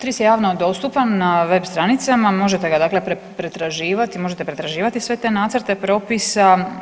TRIS je javno dostupan na web stranicama, možete ga dakle pretraživati, možete pretraživati sve te nacrte propisa.